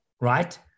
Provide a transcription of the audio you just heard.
right